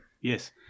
Yes